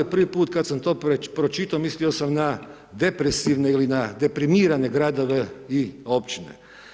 Prvi put kada sam to pročitao mislio sam na depresivne ili na deprimirane gradove i općine.